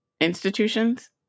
institutions